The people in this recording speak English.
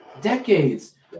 Decades